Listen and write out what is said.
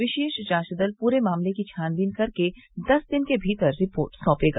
विशेष जांच दल पूरे मामले की छानबीन करके दस दिन के भीतर रिपोर्ट सौंपेगा